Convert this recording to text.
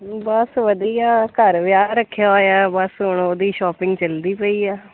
ਬਸ ਵਧੀਆ ਘਰ ਵਿਆਹ ਰੱਖਿਆ ਹੋਇਆ ਬਸ ਹੁਣ ਉਹਦੀ ਸ਼ੋਪਿੰਗ ਚਲਦੀ ਪਈ ਆ